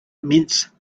immense